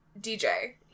DJ